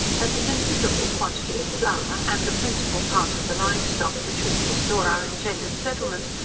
as a considerable quantity of flour, and the principal part of the live stock, which was to store our intended settlement,